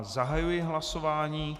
Zahajuji hlasování.